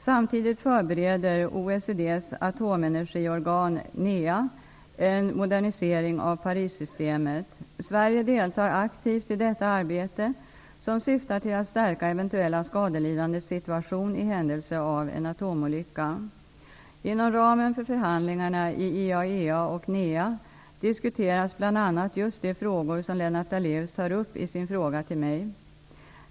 Samtidigt förbereder OECD:s atomenergiorgan NEA en modernisering av Parissystemet. Sverige deltar aktivt i detta arbete som syftar till att stärka eventuella skadelidandes situation i händelse av en atomolycka. Inom ramen för förhandlingarna i IAEA och NEA diskuteras bl.a. just de frågor som Lennart Daléus tar upp i sin fråga till mig.